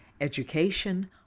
education